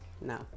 No